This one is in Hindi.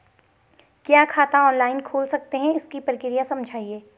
क्या खाता ऑनलाइन खोल सकते हैं इसकी प्रक्रिया समझाइए?